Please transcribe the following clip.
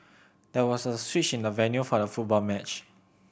there was a switch in the venue for the football match